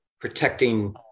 protecting